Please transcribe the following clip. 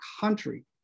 country